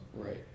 Right